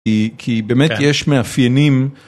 כי ... כי באמת יש מאפיינים.